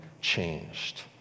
changed